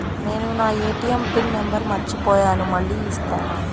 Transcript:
నేను నా ATM PIN number మర్చిపోయాను మళ్ళీ ఇస్తారా?